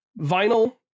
vinyl